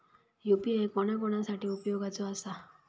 UPI कोणा कोणा साठी उपयोगाचा आसा?